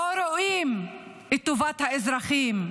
לא רואים את טובת האזרחים,